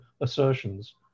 assertions